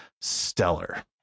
stellar